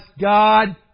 God